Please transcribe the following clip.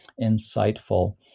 insightful